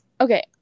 Okay